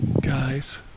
guys